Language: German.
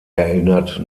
erinnert